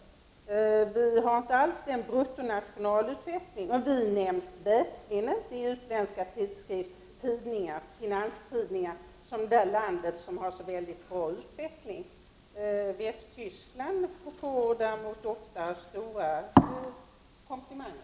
Sverige har inte alls en god utveckling av bruttonationalprodukten, och Sverige nämns verkligen inte i utländska finanstidningar som ett exempel på ett land som har en mycket bra utveckling. Västtyskland får däremot ofta många komplimanger.